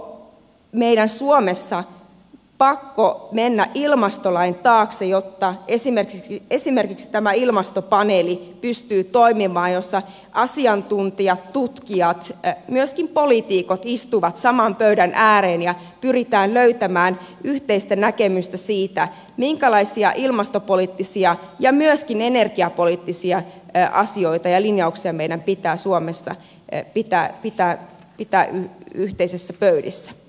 mutta onko meidän suomessa pakko mennä ilmastolain taakse jotta esimerkiksi tämä ilmastopaneeli pystyy toimimaan jossa asiantuntijat tutkijat myöskin poliitikot istuvat saman pöydän ääreen ja pyritään löytämään yhteistä näkemystä siitä minkälaisia ilmastopoliittisia ja myöskin energiapoliittisia asioita ja linjauksia meidän pitää suomessa pitää yhteisissä pöydissä